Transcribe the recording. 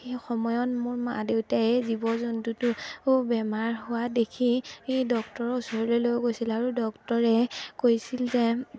সেই সময়ত মোৰ মা দেউতাই জীৱ জন্তুটো বেমাৰ হোৱা দেখি এই ডক্তৰৰ ওচৰলৈ লৈ গৈছিল আৰু ডক্টৰে কৈছিল যে